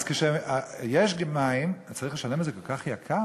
אז כשיש מים צריך לשלם על זה כל כך ביוקר?